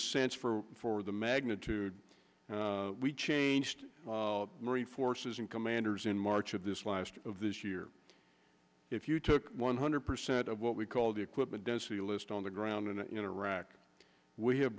sense for for the magnitude we changed marine forces and commanders in march of this last of this year if you took one hundred percent of what we call the equipment density list on the ground in iraq we have